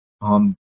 on